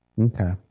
Okay